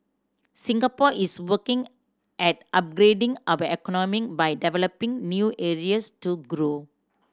Singapore is working at upgrading our economy by developing new areas to grow